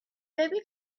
baby